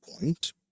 point